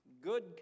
good